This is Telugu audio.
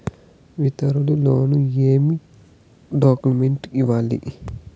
విద్యార్థులు లోను ఏమేమి డాక్యుమెంట్లు ఇవ్వాలి?